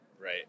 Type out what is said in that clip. right